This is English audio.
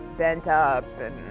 bent up,